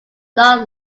not